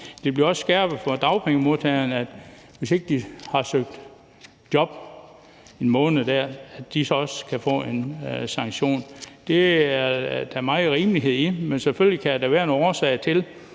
bliver også skærpet over for dagpengemodtagerne, sådan at de, hvis de ikke har søgt job 1 måned, også kan få en sanktion. Det er der meget rimelighed i, men selvfølgelig kan der være nogle årsager til,